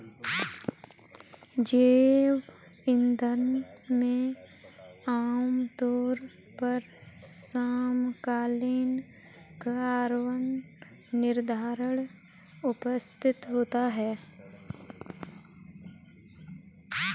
जैव ईंधन में आमतौर पर समकालीन कार्बन निर्धारण उपस्थित होता है